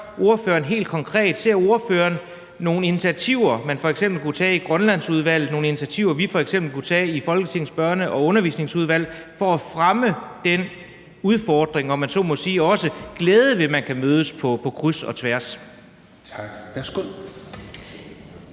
ordføreren helt konkret: Ser ordføreren nogle initiativer, man f.eks. kunne tage i Grønlandsudvalget, nogle initiativer, vi f.eks. kunne tage i Folketingets Børne- og Undervisningsudvalg, for at fremme det i forhold til den udfordring, om man så må sige, og også glæden ved, at man kan mødes på kryds og tværs? Kl. 21:12